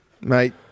Mate